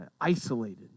isolated